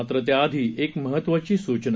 मात्र त्याआधी एक महत्त्वाची सूचना